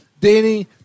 Danny